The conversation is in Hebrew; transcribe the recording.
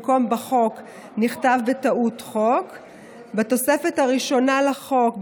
במקום "בחוק" נכתב בטעות "חוק"; בתוספת הראשונה לחוק,